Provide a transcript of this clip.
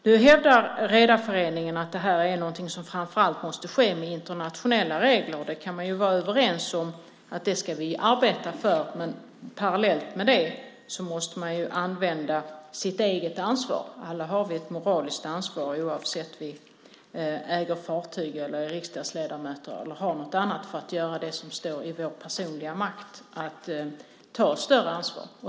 Nu hävdar Redareföreningen att det här är någonting som framför allt måste ske med internationella regler. Och man kan ju vara överens om att vi ska arbeta för det. Men parallellt med det måste man ta sitt eget ansvar. Alla har vi ett moraliskt ansvar, oavsett om vi äger fartyg eller är riksdagsledamöter eller något annat, för att göra det som står i vår personliga makt. Det handlar om att ta ett större ansvar.